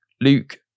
Luke